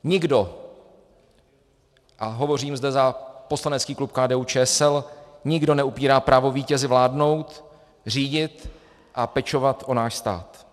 Nikdo, a hovořím zde za poslanecký klub KDUČSL, nikdo neupírá právo vítězi vládnout, řídit a pečovat o náš stát.